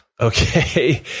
Okay